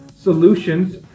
Solutions